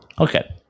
Okay